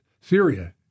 Syria